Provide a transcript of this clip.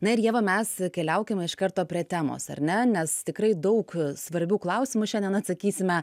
na ir ieva mes keliaukim iš karto prie temos ar ne nes tikrai daug svarbių klausimų šiandien atsakysime